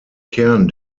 kern